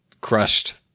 crushed